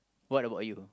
what about you